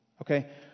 Okay